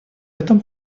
этом